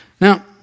Now